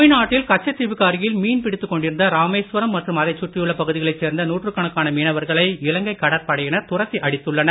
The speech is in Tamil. தமிழ்நாட்டில் கச்சத்தீவுக்கு அருகில் மீன் பிடித்துக் கொண்டிருந்த ராமேஸ்வரம் மற்றும் அதைச் சுற்றியுள்ள பகுதிகளைச் சேர்ந்த நூற்றுக்கணக்கான மீனவர்களை இலங்கை கடற்படையினர் துரத்தி அடித்துள்ளனர்